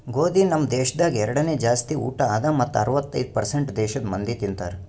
ಗೋದಿ ನಮ್ ದೇಶದಾಗ್ ಎರಡನೇ ಜಾಸ್ತಿ ಊಟ ಅದಾ ಮತ್ತ ಅರ್ವತ್ತೈದು ಪರ್ಸೇಂಟ್ ದೇಶದ್ ಮಂದಿ ತಿಂತಾರ್